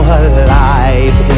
alive